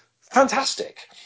fantastic